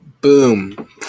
Boom